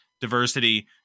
diversity